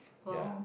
ya